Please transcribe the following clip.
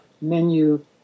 menu